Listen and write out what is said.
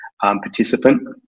participant